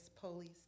police